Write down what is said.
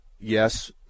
yes